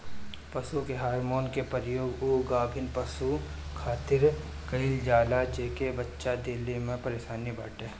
पशु के हार्मोन के प्रयोग उ गाभिन पशु खातिर कईल जाला जेके बच्चा देला में परेशानी बाटे